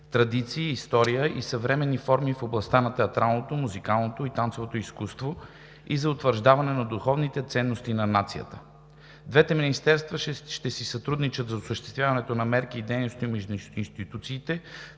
традиции, история и съвременни форми в областта на театралното, музикалното и танцовото изкуство и за утвърждаване на духовните ценности на нацията. Двете министерства ще си сътрудничат в осъществяването на мерки и дейности между институциите